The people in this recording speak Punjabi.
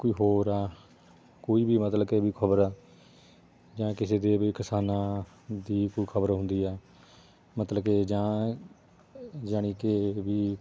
ਕੋਈ ਹੋਰ ਆ ਕੋਈ ਵੀ ਮਤਲਬ ਕਿ ਵੀ ਖਬਰ ਆ ਜਾਂ ਕਿਸੇ ਦੇ ਵੀ ਕਿਸਾਨਾਂ ਦੀ ਕੋਈ ਖਬਰ ਹੁੰਦੀ ਹੈ ਮਤਲਬ ਕਿ ਜਾਂ ਜਾਨੀ ਕਿ ਵੀ